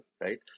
right